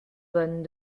bonnes